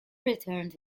returned